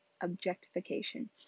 objectification